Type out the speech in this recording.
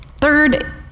Third